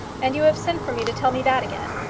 and you have sent for me to tell me that again?